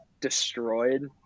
destroyed